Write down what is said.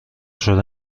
شده